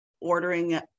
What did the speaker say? ordering